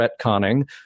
retconning